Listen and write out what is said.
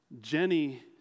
Jenny